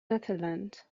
netherlands